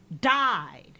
died